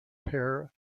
pair